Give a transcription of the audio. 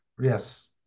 Yes